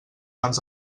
mans